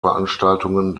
veranstaltungen